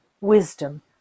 wisdom